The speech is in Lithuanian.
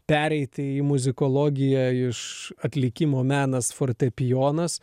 pereiti į muzikologiją iš atlikimo menas fortepijonas